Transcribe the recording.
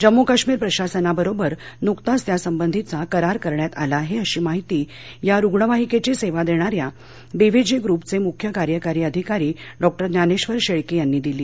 जम्मूकाश्मीर प्रशासनाबरोबर नुकताच त्यासंबंधीचा करार करण्यात आला आहे अशी माहिती या रुग्णवाहिकेची ही सेवा देणाऱ्या बी व्ही जी ग्रूपचे मुख्य कार्यकारी अधिकारी डॉक्टर ज्ञानेश्वर शेळके यांनी दिली